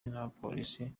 n’abapolisi